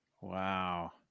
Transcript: Wow